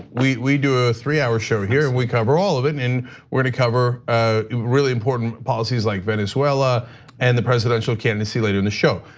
we we do a three hour show here. we cover all of it, and we're to cover ah really important policies like venezuela and the presidential candidacy later in the show.